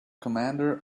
commander